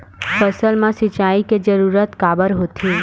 फसल मा सिंचाई के जरूरत काबर होथे?